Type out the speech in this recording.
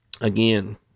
again